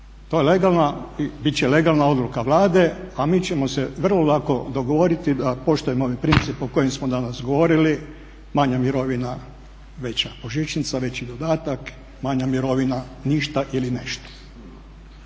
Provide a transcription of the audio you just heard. To je legalna, bit će legalna odluka Vlade a mi ćemo se vrlo lako dogovoriti da poštujem ovaj princip o kojem smo danas govorili manja mirovina, veća božićnica, veći dodatak, manja mirovina, ništa ili nešto.